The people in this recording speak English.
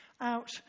out